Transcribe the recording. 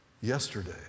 yesterday